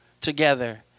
together